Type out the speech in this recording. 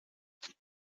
fine